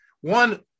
one